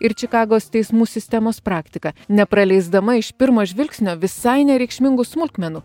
ir čikagos teismų sistemos praktiką nepraleisdama iš pirmo žvilgsnio visai nereikšmingų smulkmenų